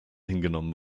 hingenommen